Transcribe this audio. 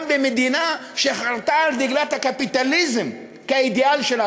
גם במדינה שחרתה על דגלה את הקפיטליזם כאידיאל שלה,